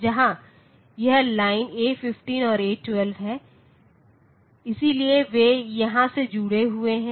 जहां यह line A15 और A12 है इसलिए वे यहां से जुड़े हुए हैं